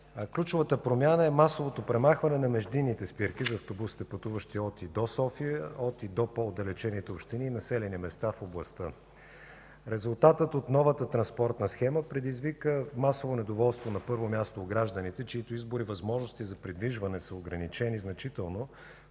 Ключовата промяна е масовото премахване на междинните спирки за автобусите, пътуващи от и до София, от и до по-отдалечените общини и населени места в областта. Резултатът от новата транспортна схема предизвика масово недоволство, на първо място, у гражданите, чиито избор и възможности за придвижване са ограничени значително,